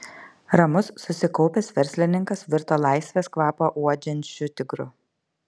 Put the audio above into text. ramus susikaupęs verslininkas virto laisvės kvapą uodžiančiu tigru